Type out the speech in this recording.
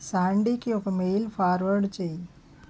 సాండికి ఒక mail forward చేయి